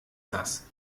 das